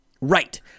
right